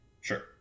Sure